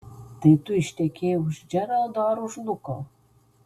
tai tu ištekėjai už džeraldo ar už luko